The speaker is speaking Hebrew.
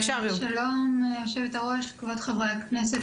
שלום, יושבת הראש, כבוד חברי הכנסת.